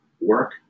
work